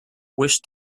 wish